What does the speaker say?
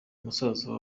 musaza